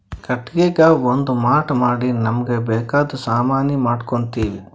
ಕಟ್ಟಿಗಿಗಾ ಒಂದ್ ಮಾಟ್ ಮಾಡಿ ನಮ್ಮ್ಗ್ ಬೇಕಾದ್ ಸಾಮಾನಿ ಮಾಡ್ಕೋತೀವಿ